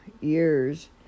years